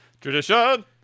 Tradition